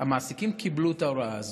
המעסיקים קיבלו את ההוראה הזאת.